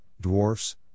dwarfs